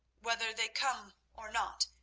whether they come or not,